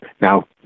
Now